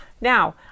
Now